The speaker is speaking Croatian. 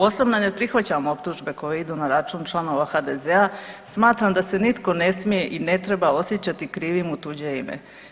Osobno ne prihvaćam optužbe koje idu na račun članova HDZ-a, smatram da se nitko ne smije ni ne treba osjećati krivim u tuđe ime.